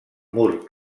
mur